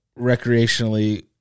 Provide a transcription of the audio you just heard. recreationally